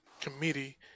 committee